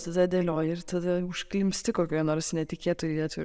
tada dėlioji ir tada užklimsti kokioj nors netikėtoj vietoj